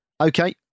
Okay